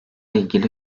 ilgili